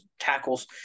tackles